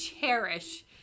cherish